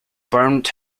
burnt